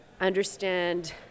understand